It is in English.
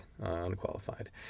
unqualified